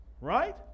Right